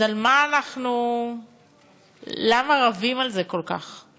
אז על מה, למה רבים על זה כל כך?